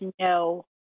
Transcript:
no